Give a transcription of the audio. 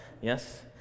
Yes